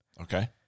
Okay